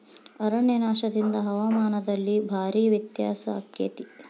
ಅರಣ್ಯನಾಶದಿಂದ ಹವಾಮಾನದಲ್ಲಿ ಭಾರೇ ವ್ಯತ್ಯಾಸ ಅಕೈತಿ